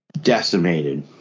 decimated